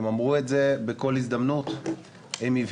הם אמרו את זה בכל הזדמנות,